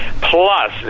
plus